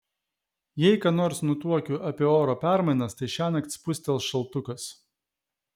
jei ką nors nutuokiu apie oro permainas tai šiąnakt spustels šaltukas